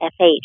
FH